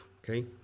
Okay